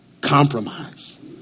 compromise